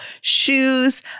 shoes